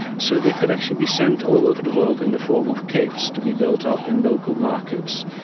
so they could actually be sent all over the world in the form of kits to be built up in local markets,